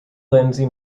lindsay